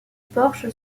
porche